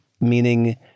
meaning